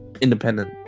independent